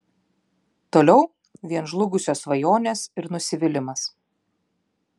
toliau vien žlugusios svajonės ir nusivylimas